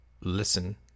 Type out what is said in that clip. listen